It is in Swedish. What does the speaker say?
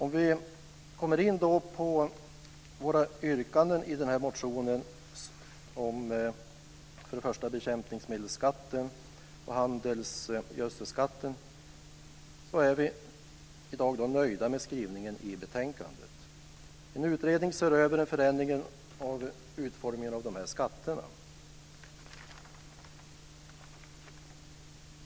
När det gäller våra yrkanden i motionen om bekämpningsmedelsskatten och handelsgödselskatten är vi i dag nöjda med skrivningen i betänkandet. En utredning ser över förändringen av utformningen av de här skatterna.